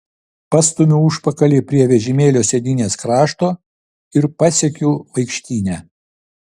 pastumiu užpakalį prie vežimėlio sėdynės krašto ir pasiekiu vaikštynę